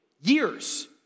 years